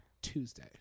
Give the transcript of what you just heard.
Tuesday